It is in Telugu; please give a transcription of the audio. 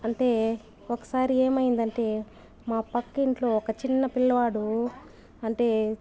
అంటే ఒకసారి ఏమైందంటే మా పక్క ఇంట్లో ఒక చిన్న పిల్లవాడు అంటే